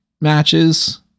matches